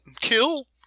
kill